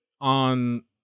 on